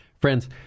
Friends